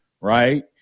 right